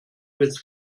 with